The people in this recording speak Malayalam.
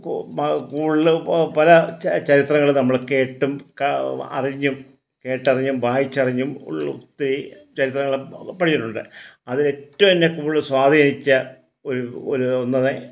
കു കൂടുതലും പല ചരിത്രങ്ങൾ നമ്മൾ കേട്ടും ക അറിഞ്ഞും കേട്ടറിഞ്ഞും വായിച്ചറിഞ്ഞും ഉള്ള ഒത്തിരി ചരിത്രങ്ങൾ പഠിച്ചിട്ടുണ്ട് അതിൽ ഏറ്റോം കൂടുതൽ എന്നെ സ്വാധീനിച്ച ഒരു ഒരു ഒന്നാണ്